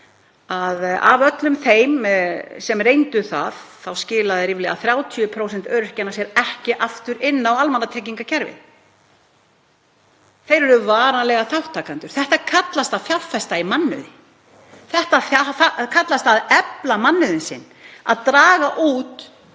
Af öllum þeim sem reyndu það skiluðu ríflega 30% sér ekki aftur inn á almannatryggingakerfið. Þeir eru varanlega þátttakendur. Þetta kallast að fjárfesta í mannauði. Þetta kallast að efla mannauðinn, að draga út